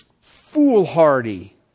foolhardy